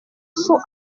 sous